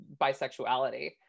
bisexuality